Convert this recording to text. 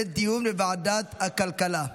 לדיון בוועדת הכלכלה.